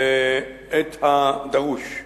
את הדרוש.